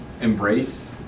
embrace